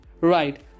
Right